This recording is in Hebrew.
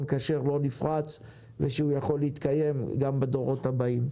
כשר לא ייפרץ ושהוא יכול להתקיים גם בדורות הבאים.